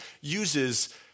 uses